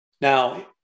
Now